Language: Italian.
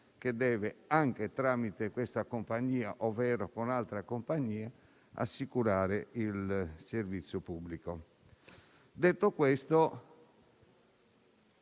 che deve, anche tramite questa compagnia, ovvero con altra, assicurare il servizio pubblico. Detto questo